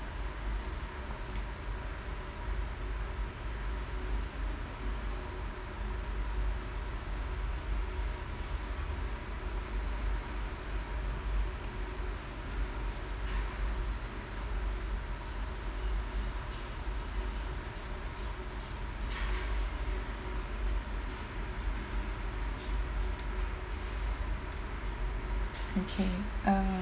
okay uh